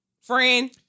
Friend